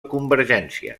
convergència